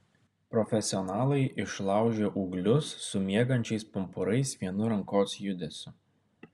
profesionalai išlaužia ūglius su miegančiais pumpurais vienu rankos judesiu